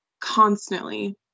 constantly